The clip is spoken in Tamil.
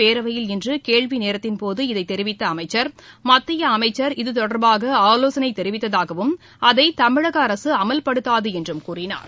பேரவையில் இன்று கேள்விநேரத்தின்போது இதை தெரிவித்த அமைச்சர் மத்திய அமைச்சர் இத்தொடர்பாக ஆலோசனை தெரிவித்ததாகவும் அதை தமிழக அரசு அமல்படுத்தாது என்றும் கூறினார்